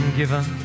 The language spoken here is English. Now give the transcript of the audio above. given